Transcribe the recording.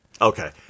Okay